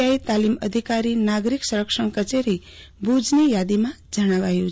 આઈ તાલીમ અધિકારી નાગરિક સંરક્ષણ કચેરીભુજની યાદીમાં જણાવાયું છે